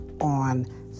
on